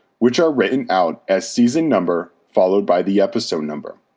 which are written out as season number followed by the episode number.